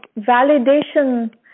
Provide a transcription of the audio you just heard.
validation